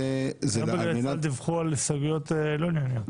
היום בגלי צה"ל דיווחו על הסתייגויות לא ענייניות.